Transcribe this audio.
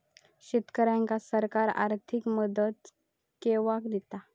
शेतकऱ्यांका सरकार आर्थिक मदत केवा दिता?